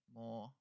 more